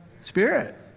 Spirit